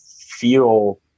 feel